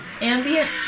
Ambient